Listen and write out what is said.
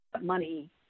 money